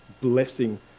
blessing